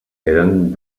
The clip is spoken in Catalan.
eren